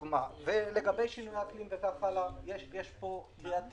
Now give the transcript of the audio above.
לגבי שינויי האקלים וכו' יש פה קריאת כיוון,